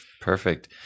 Perfect